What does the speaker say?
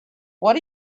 what